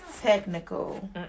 technical